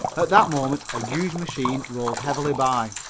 at that moment a huge machine rolled heavily by.